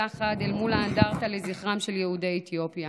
יחד אל מול האנדרטה לזכרם של יהודי אתיופיה.